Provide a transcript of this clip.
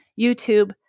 YouTube